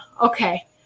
okay